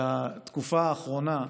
על התקופה האחרונה,